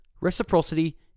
reciprocity